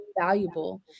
valuable